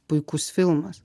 puikus filmas